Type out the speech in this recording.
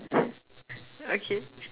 okay